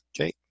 Okay